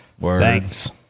Thanks